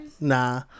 Nah